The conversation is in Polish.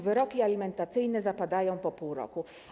Wyroki alimentacyjne zapadają po pół roku.